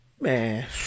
man